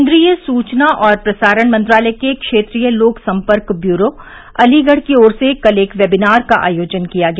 केन्द्रीय सुचना और प्रसारण मंत्रालय के क्षेत्रीय लोक सम्पर्क ब्यूरो अलीगढ़ की ओर से कल एक वेबिनार का आयोजन किया गया